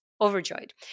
overjoyed